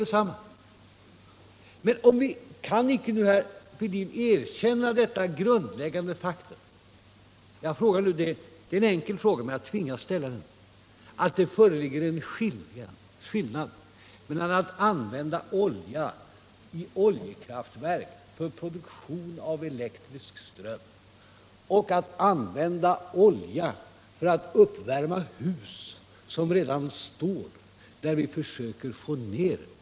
Varför kan nu inte Thorbjörn Fälldin erkänna detta grundläggande faktum — det är en enkel fråga, men jag tvingas ställa den — att det föreligger en skillnad mellan att använda olja i oljekraftverk för produktion av elektrisk ström och att använda olja för att uppvärma hus som redan står där?